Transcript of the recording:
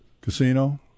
casino